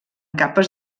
capes